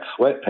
sweatpants